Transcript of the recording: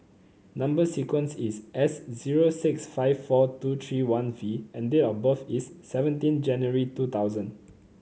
number sequence is S zero six five four two three one V and date of birth is seventeen January two thousand